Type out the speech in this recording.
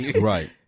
Right